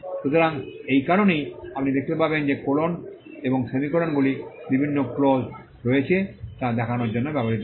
সুতরাং এই কারণেই আপনি দেখতে পাবেন যে কলোন এবং সেমিকোলনগুলি বিভিন্ন ক্লজ রয়েছে তা দেখানোর জন্য ব্যবহৃত হয়